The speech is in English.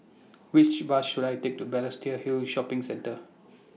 Which Bus should I Take to Balestier Hill Shopping Centre